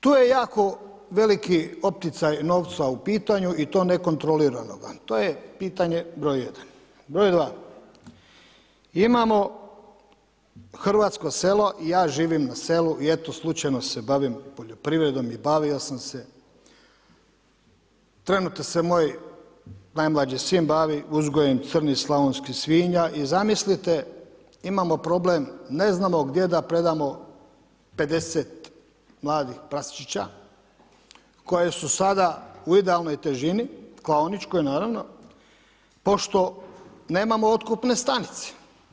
Tu je jako veliki opticaj novca u pitanju i to ne kontroliranoga, to je pitanje broj 1. Broj 2. imamo hrvatsko selo i ja živim na selu i eto slučajno se bavim poljoprivredom i bavio sam se, trenutno se moj najmlađi sin bavi uzgojem crnih slavonskih svinja i zamislite imamo problem, ne znamo gdje da predamo 50 mladih praščića koji su sada u idealnoj težini, klaoničkoj naravno, pošto nemamo otkupne stanice.